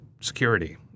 security